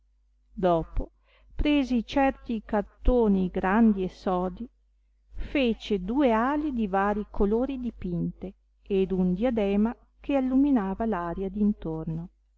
dopo presi certi cartoni grandi e sodi fece due ali di vari colori dipinte ed un diadema che alluminava aria d intorno